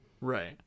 right